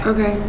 Okay